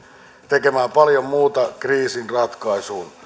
tekemään paljon muuta kriisin ratkaisuun